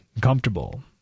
comfortable